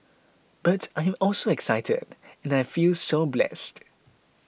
but I am also excited and I feel so blessed